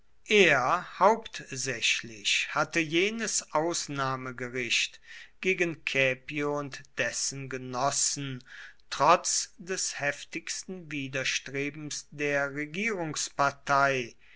er hauptsächlich hatte jenes ausnahmegericht gegen caepio und dessen genossen trotz des heftigsten widerstrebens der regierungspartei